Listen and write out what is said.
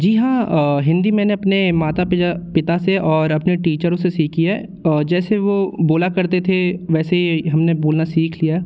जी हाँ हिंदी मैंने अपने माता पिता से और अपने टीचरों से सीखी है जैसे वो बोला करते थे वैसे ही हम ने बोलना सीख लिया